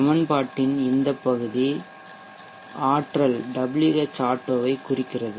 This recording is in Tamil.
சமன்பாட்டின் இந்த பகுதி ஆற்றல் Whauto ஐ குறிக்கிறது